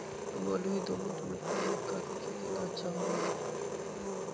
बलुई, दोमट मिट्टी मक्का के खेती ला अच्छा होबा हई